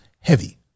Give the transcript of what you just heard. heavy